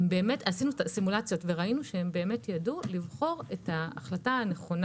עשינו את הסימולציות וראינו שהם ידעו לבחור את ההחלטה הנכונה,